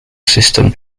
system